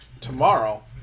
tomorrow